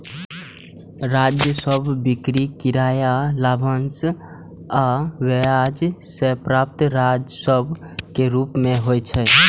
राजस्व बिक्री, किराया, लाभांश आ ब्याज सं प्राप्त राजस्व के रूप मे होइ छै